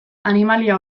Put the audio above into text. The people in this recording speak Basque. animalia